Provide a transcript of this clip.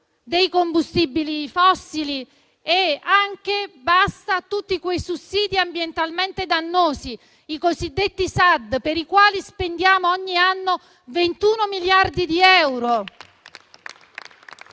dei combustibili fossili e anche basta a tutti quei sussidi ambientalmente dannosi, i cosiddetti SAD, per i quali spendiamo ogni anno 21 miliardi di euro.